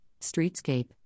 streetscape